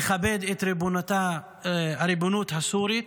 לכבד את הריבונות הסורית,